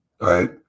right